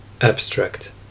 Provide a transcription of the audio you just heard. Abstract